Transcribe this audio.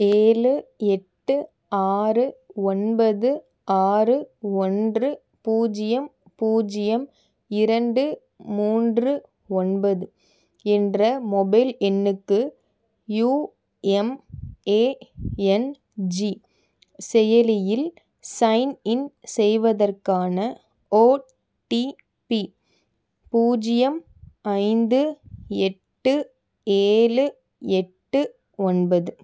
ஏழு எட்டு ஆறு ஒன்பது ஆறு ஒன்று பூஜ்ஜியம் பூஜ்ஜியம் இரண்டு மூன்று ஒன்பது என்ற மொபைல் எண்ணுக்கு யுஎம்ஏஎன்ஜி செயலியில் சைன்இன் செய்வதற்கான ஓடிபி பூஜ்ஜியம் ஐந்து எட்டு ஏழு எட்டு ஒன்பது